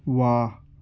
واہ